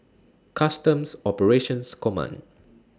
Customs Operations Command